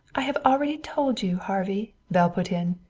i have already told you, harvey, belle put in.